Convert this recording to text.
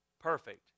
Perfect